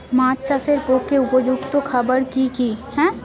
মাছ চাষের পক্ষে উপযুক্ত খাবার কি কি?